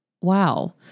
wow